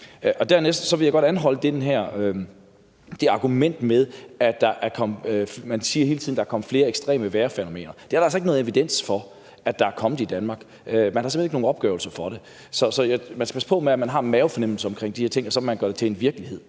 Dernæst vil jeg gerne anholde det argument, når man hele tiden siger, at der er kommet flere ekstreme vejrfænomener. Det er der altså ikke noget evidens for at der er kommet i Danmark. Man har simpelt hen ikke nogen opgørelser for det. Så man skal passe på med, at man har en mavefornemmelse omkring de her ting og gør dem til virkelighed.